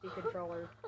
controller